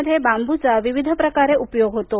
मध्ये बांबूचा विविध प्रकारे उपयोग होतो